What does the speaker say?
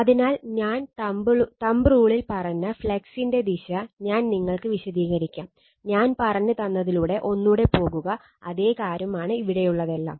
അതിനാൽ ഞാൻ തംബ് റൂളിൽ പറഞ്ഞ ഫ്ലക്സിന്റെ ദിശ ഞാൻ നിങ്ങൾക്ക് വിശദീകരിക്കാം ഞാൻ പറഞ്ഞ് തന്നതിലൂടെ ഒന്നൂടെ പോകുക അതേ കാര്യം ആണ് ഇവിടെയുള്ളതെല്ലാം